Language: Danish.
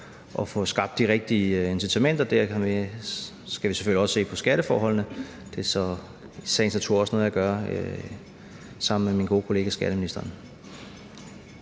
at få skabt de rigtige incitamenter, og der skal vi selvfølgelig også se på skatteforholdene. Og det er så i sagens natur også noget, jeg gør sammen med min gode kollega skatteministeren.